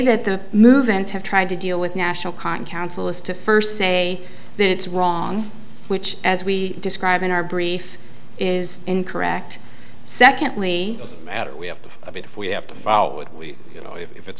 that the movements have tried to deal with national concow nsel is to first say that it's wrong which as we describe in our brief is incorrect secondly we have a bit if we have to follow it if it's